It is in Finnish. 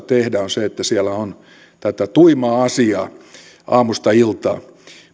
tehdä on se että siellä on tätä tuimaa asiaa aamusta iltaan